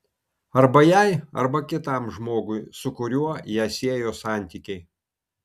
arba jai arba kitam žmogui su kuriuo ją siejo santykiai